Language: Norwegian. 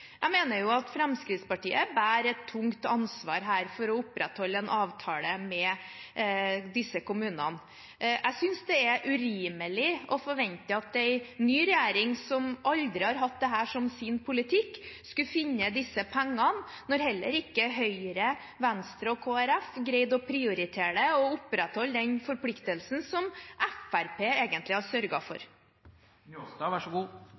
Jeg mener at Fremskrittspartiet bærer et tungt ansvar her for å opprettholde en avtale med disse kommunene. Jeg synes det er urimelig å forvente at en ny regjering som aldri har hatt dette som sin politikk, skulle finne disse pengene, når heller ikke Høyre, Venstre og Kristelig Folkeparti greide å prioritere det og opprettholde den forpliktelsen som Fremskrittspartiet egentlig har